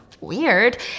weird